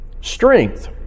Strength